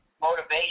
motivation